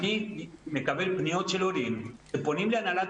אני מקבל פניות של הורים שפונים להנהלת